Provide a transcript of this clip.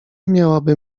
miałabym